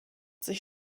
sich